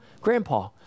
Grandpa